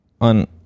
on